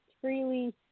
freely